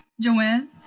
Joanne